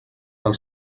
del